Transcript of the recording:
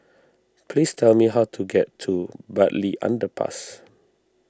please tell me how to get to Bartley Underpass